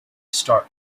start